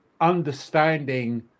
understanding